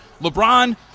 LeBron